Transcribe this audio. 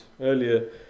earlier